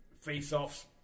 face-offs